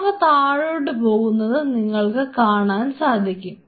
അവ താഴോട്ടു പോകുന്നത് നിങ്ങൾക്ക് കാണാൻ സാധിക്കും